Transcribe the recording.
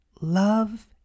love